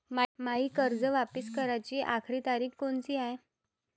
मायी कर्ज वापिस कराची आखरी तारीख कोनची हाय?